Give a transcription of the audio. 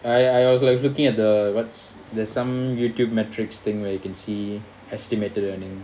I I was like looking at the what's the some youtube metrics thing where you can see estimated earning